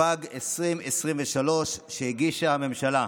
התשפ"ג 2023, שהגישה הממשלה.